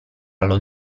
allo